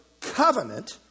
covenant